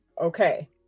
Okay